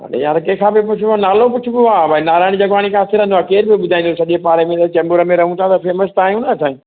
अरे यार कंहिंखां बि पुछो आ नालो पुछबो आहे भई नाराणी जगवाणी खाथे रहंदो आहे केर बि ॿुधाईंदो सॼे पाणे में भाई चेम्बूर में रहूं था भाई फेमस था आहियूं न साईं